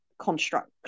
construct